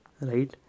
Right